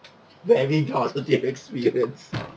that mean positive experience